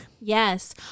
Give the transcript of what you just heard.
Yes